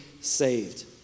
saved